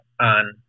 on